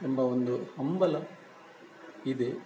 ಎಂಬ ಒಂದು ಹಂಬಲ ಇದೆ